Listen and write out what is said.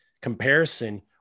comparison